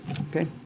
Okay